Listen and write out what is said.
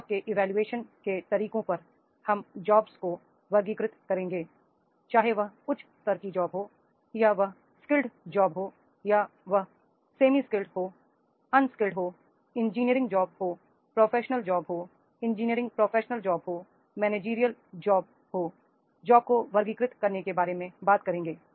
job के evolution के तरीकों पर हम जॉब्स को वर्गीकृत करेंगे चाहे वह उच्च स्तर की जॉब हो या यह स्किल्ड जॉब हो या यह सेमी स्किल्ड हो अनस्किल्ड जॉब हो इंजी निय रिंग जॉब हो प्रोफेशनल जॉब हो engineering professional job हो मैंनेजीरियल प्रोफेशनल जॉब्स हो जॉब्स को वर्गीकृत करने के बारे में बात करेंगे